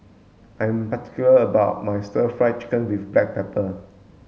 I am particular about my stir fry chicken with black pepper